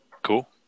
Cool